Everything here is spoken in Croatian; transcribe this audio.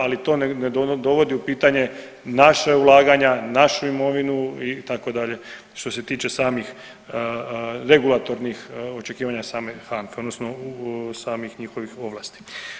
Ali to ne dovodi u pitanje naša ulaganja, našu imovinu itd. što se tiče samih regulatornih očekivanja same HANFA-e, odnosno samih njihovih ovlasti.